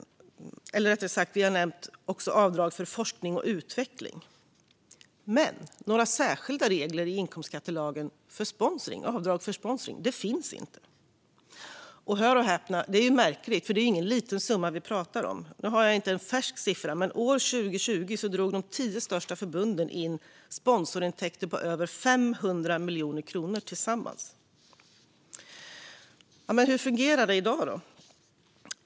Rättare sagt har vi har också nämnt avdrag för forskning och utveckling. Men några särskilda regler i inkomstskattelagen för avdrag för sponsring finns inte. Hör och häpna! Det är märkligt eftersom det inte är en liten summa vi pratar om. Jag har inte en färsk siffra, men år 2020 drog de tio största förbunden in sponsorintäkter på över 500 miljoner kronor tillsammans. Hur fungerar det då i dag?